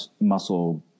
muscle